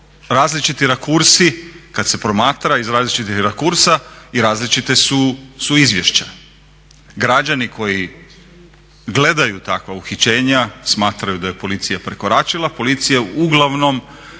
različiti rakursi kad se promatra iz različitih rakursa i različite sa izvješća. Građani koji gledaju takva uhićenja smatraju da je policija prekoračila, policija uglavnom